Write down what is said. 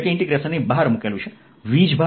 વીજભાર Y અક્ષ પર આવેલા છે